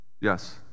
Yes